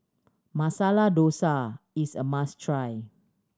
Masala Dosa is a must try